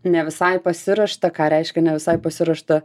ne visai pasiruošta ką reiškia ne visai pasiruošta